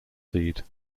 seed